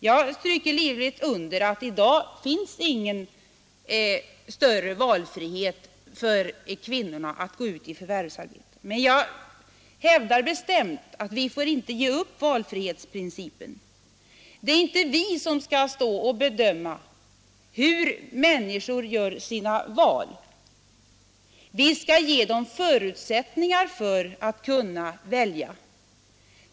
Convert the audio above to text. Jag stryker livligt under att det i dag inte finns någon större valfrihet för kvinnorna att gå ut i förvärvsarbete, men jag hävdar bestämt att vi inte får ge upp valfrihetsprincipen. Det är inte vi som skall bedöma hur människor gör sina val. Vi skall ge dem förutsättningar att kunna välja.